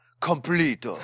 complete